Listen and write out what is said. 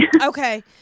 Okay